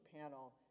panel